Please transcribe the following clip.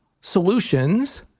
solutions